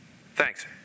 Thanks